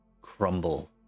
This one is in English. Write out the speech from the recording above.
crumble